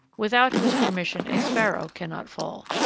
without whose permission a sparrow cannot fall.